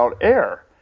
air